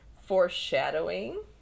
Foreshadowing